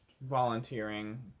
volunteering